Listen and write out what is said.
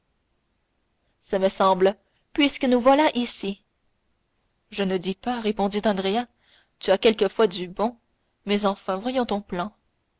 ce me semble puisque nous voilà ici je ne dis pas répondit andrea tu as quelquefois du bon mais enfin voyons ton plan